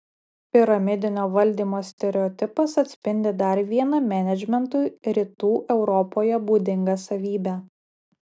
piramidinio valdymo stereotipas atspindi dar vieną menedžmentui rytų europoje būdingą savybę